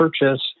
purchase